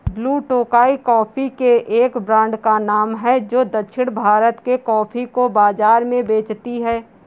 blue Tokai coffee के एक brand का नाम है जो दक्षिण भारत के कॉफी को बाजार में बेचती है